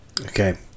Okay